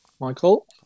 Michael